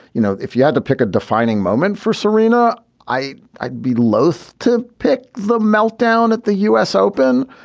you know, if you had to pick a defining moment for serena, i i'd be loath to pick the meltdown at the u s. open,